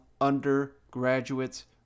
undergraduates